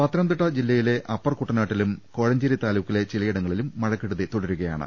പത്തനംതിട്ട ജില്ലയിലെ അപ്പർ കുട്ടനാട്ടിലും കോഴ ഞ്ചേരി താലൂക്കിലെ ചിലയിട്ടങ്ങളിലും മഴക്കെടുതി തുട രുകയാണ്